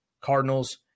Cardinals